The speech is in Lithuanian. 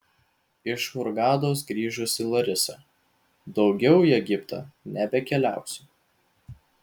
iš hurgados grįžusi larisa daugiau į egiptą nebekeliausiu